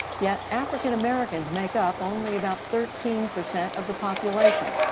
yet african-americans make up only about thirteen percent of the population.